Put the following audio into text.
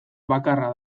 bakarra